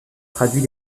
traduit